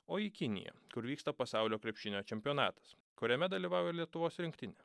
o į kiniją kur vyksta pasaulio krepšinio čempionatas kuriame dalyvauja ir lietuvos rinktinė